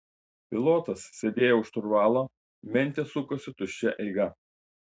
pilotas sėdėjo už šturvalo mentės sukosi tuščia eiga